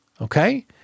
Okay